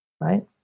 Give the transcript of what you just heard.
right